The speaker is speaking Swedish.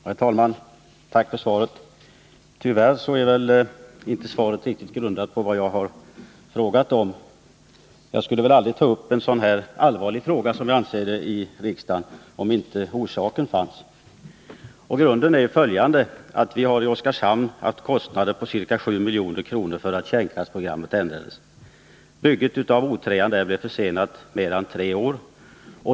Herr talman! Tack för svaret. Tyvärr är inte svaret riktigt grundat på vad jag har frågat om. Jag skulle aldrig ta upp en sådan här allvarlig fråga i riksdagen, om inte orsaker fanns. Bakgrunden är följande. Vi har i Oskarshamn fått kostnader på ca 7 milj.kr. till följd av att kärnkraftsprogrammet ändrades. Bygget av reaktorn O 3 blev försenat mer än tre år.